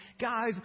guys